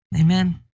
Amen